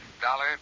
Dollar